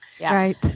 Right